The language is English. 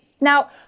Now